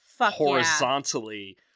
horizontally